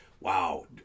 wow